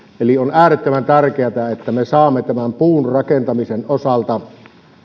eli on äärettömän tärkeätä että me saamme tämän puurakentamisen osalta